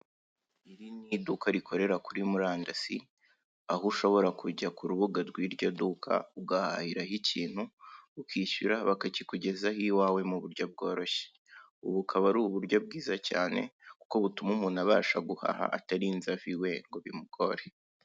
Iri ni duka rikorera kuri murandasi, aho ushobora kujya ku rubuga rw'iryo duka ugahahiraho ikintu ukishyura bakakikugezaho iwawe mu buryo bworoshye, ubu bukaba ari uburyo bwiza cyane kuko butuma umuntu abasha guhaha atarinze ava iwe ngo bimugore.